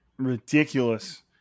ridiculous